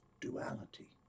duality